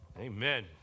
Amen